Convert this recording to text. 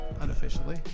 Unofficially